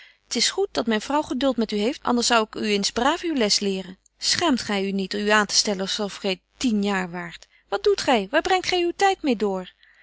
t is goed dat myn vrouw geduld met u heeft anders zou ik u eens braaf uw les leren schaamt gy u niet u aan te stellen als of gy tien jaar waart wat doet gy waar brengt gy uw tyd meê door